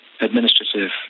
administrative